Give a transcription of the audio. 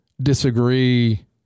disagree